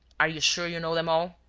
are you sure you know them all?